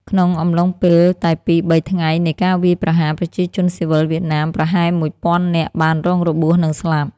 ក្នុងអំឡុងពេលតែពីរ-បីថ្ងៃនៃការវាយ ប្រហារ ប្រជាជនស៊ីវិលវៀតណាម ប្រហែលមួយ ពាន់នាក់បានរងរបួសនិងស្លាប់។